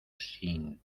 sin